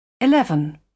Eleven